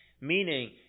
Meaning